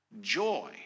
joy